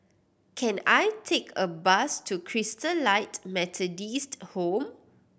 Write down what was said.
can I take a bus to Christalite Methodist Home